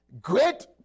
Great